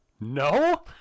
No